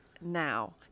now